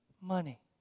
Money